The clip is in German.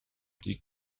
die